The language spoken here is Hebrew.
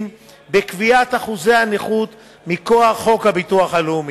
בקביעת אחוזי הנכות מכוח חוק הביטוח הלאומי.